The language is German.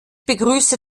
begrüße